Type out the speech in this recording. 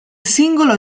singolo